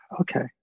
okay